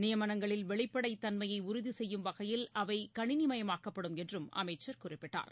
நியமனங்களில் வெளிப்படைத் தன்மையைஉறுதிசெய்யும் வகையில் அவைகணினிமயமாக்கப்படும் என்றும் அமைச்சர் குறிப்பிட்டார்